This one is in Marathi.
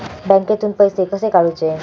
बँकेतून पैसे कसे काढूचे?